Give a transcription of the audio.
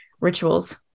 rituals